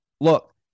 look